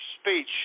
speech